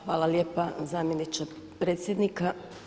Hvala lijepa zamjeniče predsjednika.